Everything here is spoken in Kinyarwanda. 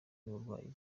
n’uburwayi